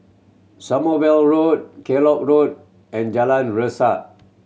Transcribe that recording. Sommerville Road Kellock Road and Jalan Resak